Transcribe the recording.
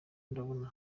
ndabona